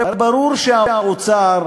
הרי ברור שהאוצר,